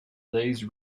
these